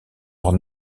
leurs